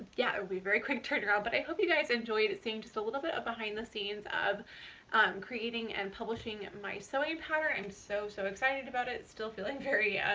yeah! it will be a very quick turnaround, but i hope you guys enjoyed seeing just a little bit of behind the scenes of um creating and publishing my sewing pattern. i'm so, so excited about it, still feeling very, um,